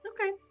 Okay